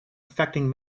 affecting